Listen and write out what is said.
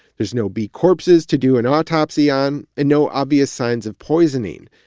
there's no bee corpses to do an autopsy on and no obvious signs of poisoning.